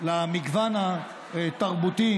למגוון התרבותי